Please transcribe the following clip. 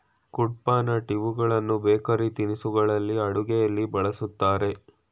ಕುಡ್ಪನಟ್ ಇವುಗಳನ್ನು ಬೇಕರಿ ತಿನಿಸುಗಳಲ್ಲಿ, ಅಡುಗೆಯಲ್ಲಿ ಬಳ್ಸತ್ತರೆ